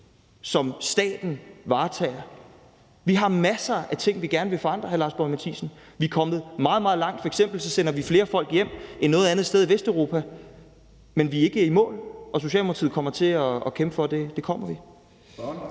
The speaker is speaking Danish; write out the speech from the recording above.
som staten varetager. Vi har masser af ting, vi gerne vil forandre, hr. Lars Boje Mathiesen. Vi er kommet meget, meget langt, f.eks. sender vi flere folk hjem end noget andet sted i Vesteuropa, men vi er ikke i mål, og Socialdemokratiet kommer til at kæmpe for, at det kommer vi.